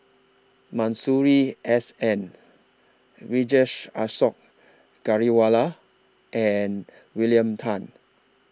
Masuri S N Vijesh Ashok Ghariwala and William Tan